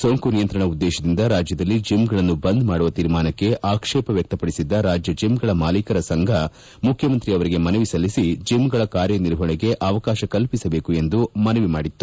ಸೋಂಕು ನಿಯಂತ್ರಣ ಉದ್ದೇಶದಿಂದ ರಾಜ್ಯದಲ್ಲಿ ಜಮ್ ಗಳನ್ನು ಬಂದ್ ಮಾಡುವ ತೀರ್ಮಾನಕ್ಕೆ ಆಕ್ಷೇಪ ವ್ಯಕ್ಷಪಡಿಸಿದ್ದ ರಾಜ್ಯ ಜಮ್ ಗಳ ಮಾಲೀಕರ ಸಂಘ ಮುಖ್ಯಮಂತ್ರಿ ಅವರಿಗೆ ಮನವಿ ಸಲ್ಲಿಸಿ ಜಿಮ್ ಗಳ ಕಾರ್ಯನಿರ್ಹಣೆಗೆ ಅವಕಾರ ಕಲ್ಪಿಸಬೇಕು ಎಂದು ಮನವಿ ಮಾಡಿತ್ತು